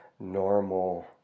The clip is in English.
normal